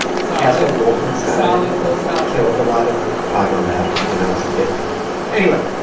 so castle wolfenstein solid both solid killed a lot of time on that when i was a kid anyway,